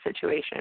situation